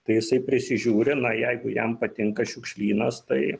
tai jisai prisižiūri na jeigu jam patinka šiukšlynas tai